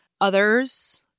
Others